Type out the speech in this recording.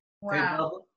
Wow